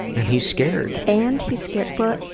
and he's scared. and he's scared but